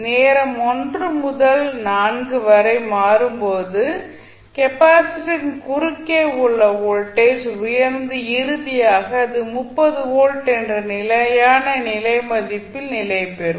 நேரம் 1 முதல் 4 வரை மாறும்போது கெப்பாசிட்டரின் குறுக்கே உள்ள வோல்டேஜ் உயர்ந்து இறுதியாக அது 30 வோல்ட் என்ற நிலையான நிலை மதிப்பில் நிலைபெறும்